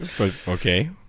Okay